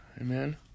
amen